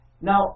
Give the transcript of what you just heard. Now